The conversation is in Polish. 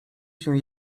się